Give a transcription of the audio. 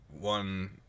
one